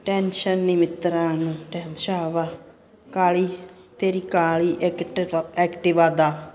tension ਨਹੀਂ ਮਿੱਤਰਾਂ ਨੂੰ ਟੈਂ ਸ਼ਾਵਾ ਕਾਲੀ ਤੇਰੀ ਕਾਲੀ ਐਕਟਿਵ ਐਕਟਿਵਾ ਦਾ